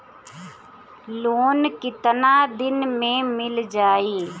Loan कितना दिन में मिल जाई?